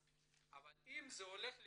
מצוין, אבל אם זה הולך לפגוע,